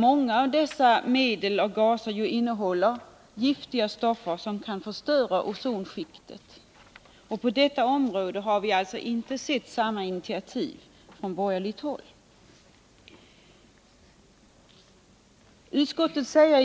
Många av dessa medel och gaser innehåller ju giftiga stoffer som kan förstöra ozonskiktet. På detta område har det alltså inte tagits liknande initiativ på borgerligt håll. Utskottet skriver